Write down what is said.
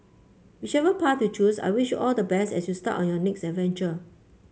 whichever path you choose I wish you all the best as you start on your next adventure